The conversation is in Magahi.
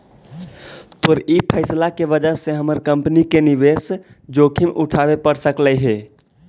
तोर ई फैसला के वजह से हमर कंपनी के निवेश जोखिम उठाबे पड़ सकलई हे